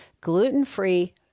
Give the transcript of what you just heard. gluten-free